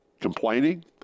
complaining